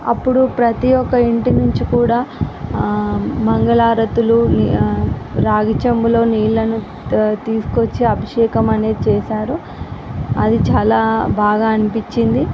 అప్పుడు ప్రతీ ఒక్క ఇంటి నుంచి కూడా మంగళహారతులు రాగి చెంబులో నీళ్ళను తీసుకొచ్చి అభిషేకం అనేది చేసారు అది చాలా బాగా అనిపించింది